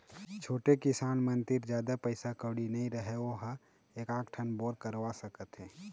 छोटे किसान मन तीर जादा पइसा कउड़ी नइ रहय वो ह एकात ठन बोर करवा सकत हे